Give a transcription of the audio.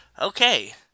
okay